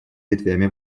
ветвями